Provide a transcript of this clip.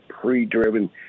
pre-driven